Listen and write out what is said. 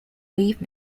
leave